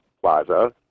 plaza